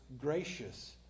gracious